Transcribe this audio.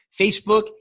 Facebook